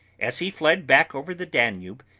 as he fled back over the danube,